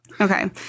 Okay